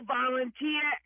volunteer